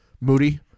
moody